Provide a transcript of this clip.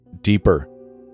Deeper